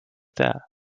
there